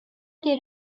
did